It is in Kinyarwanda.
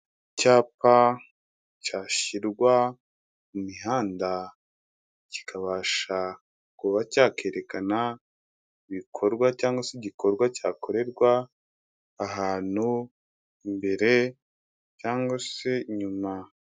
Icyapa cyashyirwa mu mihanda, kikabasha kuba cyakerekana ibikorwa cyangwa se igikorwa cyakorerwa ahantu imbere cyangwa se nyuma.